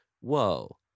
whoa